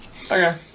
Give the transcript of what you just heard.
Okay